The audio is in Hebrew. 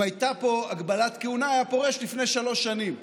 אם הייתה פה הגבלת כהונה הוא היה פורש לפני שלוש שנים.